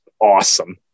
awesome